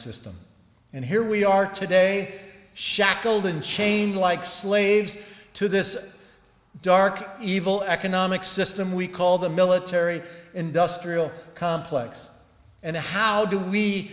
system and here we are today shackled and chained like slaves to this dark evil economic system we call the military industrial complex and how do we